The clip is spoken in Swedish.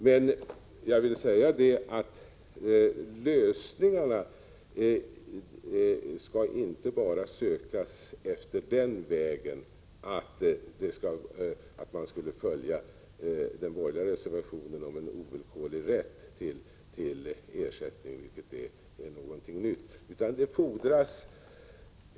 Men jag vill säga att lösningarna inte bara skall sökas efter den vägen att man skulle följa den borgerliga reservationen om en ovillkorlig rätt till ersättning, vilket är någonting nytt.